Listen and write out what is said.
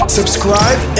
subscribe